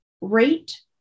rate